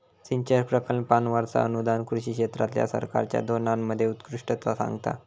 सिंचन प्रकल्पांवरचा अनुदान कृषी क्षेत्रातल्या सरकारच्या धोरणांमध्ये उत्कृष्टता सांगता